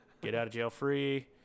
get-out-of-jail-free—